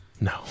No